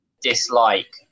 dislike